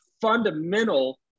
fundamental